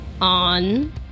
on